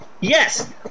yes